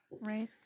Right